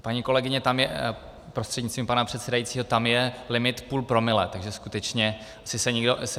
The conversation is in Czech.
Paní kolegyně prostřednictvím pana předsedajícího, tam je limit půl promile, takže skutečně se nikdo neopije.